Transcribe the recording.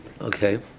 Okay